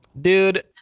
Dude